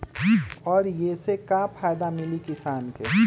और ये से का फायदा मिली किसान के?